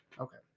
Okay